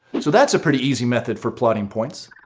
so that's a pretty easy method for plotting points!